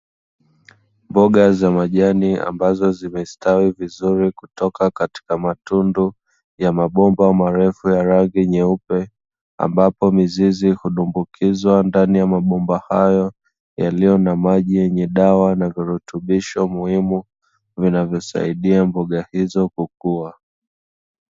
Mboga za majani ambazo zimestawi vizuri kutoka katika matunda ya mabomba marefu ya rangi nyeupe, ambapo mizizi kudumbukizwa ndani ya mabomba hayo yaliyo na maji yenye dawa na virutubisho muhimu vinavyosaidia mboga hizo kukua.